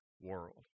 world